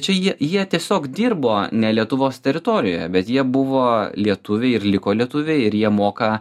čia jie jie tiesiog dirbo ne lietuvos teritorijoje bet jie buvo lietuviai ir liko lietuviai ir jie moka